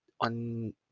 on